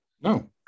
No